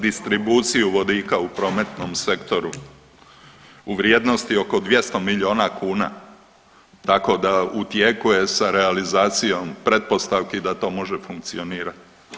distribuciju vodika u prometnom sektoru u vrijednosti oko 200 milijuna kuna, tako da u tijeku je sa realizacijom pretpostavki da to može funkcionirat.